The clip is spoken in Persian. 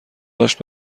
داشت